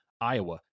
Iowa